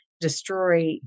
destroy